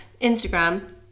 Instagram